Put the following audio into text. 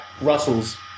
Russells